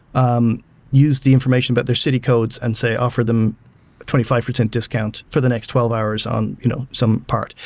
um use the information about their city codes and say offer them a twenty five percent discount for the next twelve hours on you know some part.